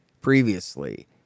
previously